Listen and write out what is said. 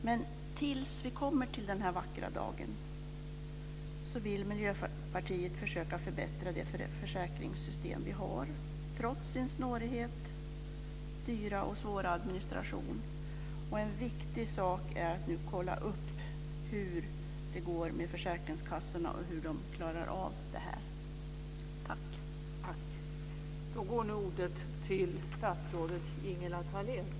Men tills vi kommer till den vackra dagen vill Miljöpartiet försöka förbättra det försäkringssystem som vi har, med sin snårighet och dyra och svåra administration. En viktig sak är att kolla upp hur det går med försäkringskassorna och hur de klarar av det här. Tack!